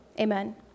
Amen